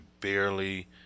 barely